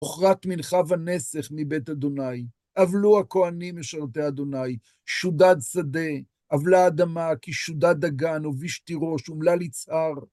הכרת מנחה ונסך מבית יהוה אבלו הכהנים משרתי יהוה שדד שדה אבלה אדמה כי שדד דגן הוביש תירוש אמלל יצהר